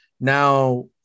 Now